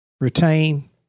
retain